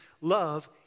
love